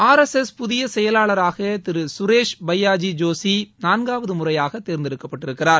R S S புதிய செயலாளராக திரு சுரேஷ் பையாஜி ஜோஷி நான்காவது முறையாக தேர்ந்தெடுக்கப்பட்டிருக்கிறார்